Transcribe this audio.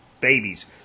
babies